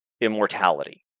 immortality